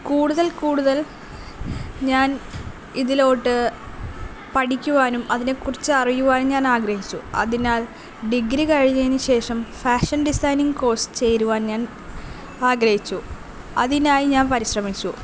കൂടുതൽ കൂടുതൽ ഞാൻ ഇതിലോട്ട് പഠിക്കുവാനും അതിനെക്കുറിച്ച് അറിയുവാനും ഞാൻ ആഗ്രഹിച്ചു അതിനാൽ ഡിഗ്രി കഴിഞ്ഞതിന് ശേഷം ഫാഷൻ ഡിസൈനിംഗ് കോഴ്സ് ചേരുവാൻ ഞാൻ ആഗ്രഹിച്ചു അതിനായി ഞാൻ പരിശ്രമിച്ചു